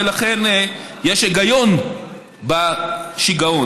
ולכן יש היגיון בשיגעון,